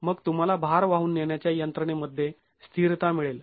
मग तुम्हाला भार वाहून नेण्याच्या यंत्रणेमध्ये स्थिरता मिळेल